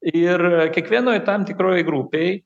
ir kiekvienoj tam tikroj grupėj